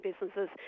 businesses